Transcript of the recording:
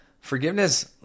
Forgiveness